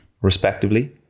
respectively